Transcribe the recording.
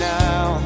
now